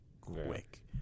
quick